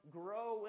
grow